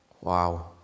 Wow